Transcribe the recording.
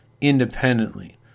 independently